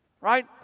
Right